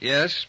Yes